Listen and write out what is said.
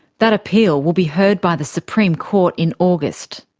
that appeal will be heard by the supreme court in august.